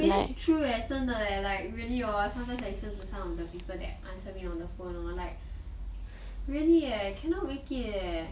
wait this is true eh 真的 eh like really hor sometimes I listen to some of the people who answer me on the phone hor like really leh cannot make it eh